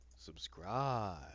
Subscribe